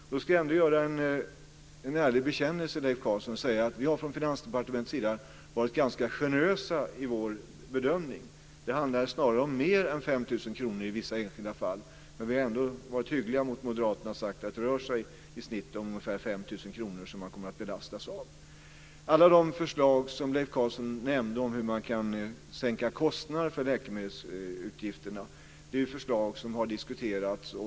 Men jag ska göra en ärlig bekännelse, Leif Carlson, och säga att vi i Finansdepartementet har varit ganska generösa i vår bedömning. Det handlar snarare om mer än 5 000 kr i vissa enskilda fall. Men vi har varit hyggliga mot moderaterna och sagt att det i snitt rör sig om ungefär 5 000 kr som man kommer att belastas av. Alla de förslag som Leif Carlson nämnde om hur man kan sänka kostnader för läkemedelsutgifterna är förslag som har diskuterats.